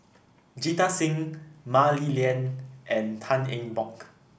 Jita Singh Mah Li Lian and Tan Eng Bock